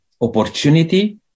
opportunity